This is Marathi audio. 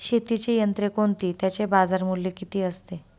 शेतीची यंत्रे कोणती? त्याचे बाजारमूल्य किती असते?